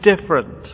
different